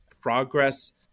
progress